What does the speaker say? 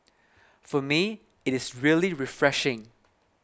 for me it is really refreshing